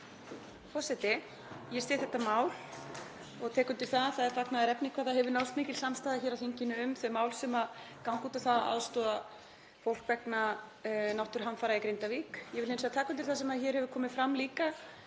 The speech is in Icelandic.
forseti. Ég styð þetta mál og tek undir að það er fagnaðarefni hvað það hefur náðst mikil samstaða hér á þinginu um þau mál sem ganga út á það að aðstoða fólk vegna náttúruhamfara í Grindavík. Ég vil hins vegar taka undir það sem hér hefur komið fram líka,